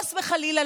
חס וחלילה,